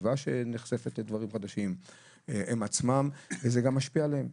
הסביבה שנחשפת לדברים חדשים והם עצמם וזה גם משפיע עליהם.